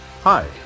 Hi